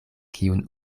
kiun